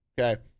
Okay